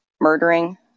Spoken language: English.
murdering